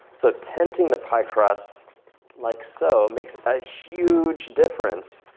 so tempting the pie crusts like so makes a huge difference.